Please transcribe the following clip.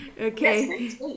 Okay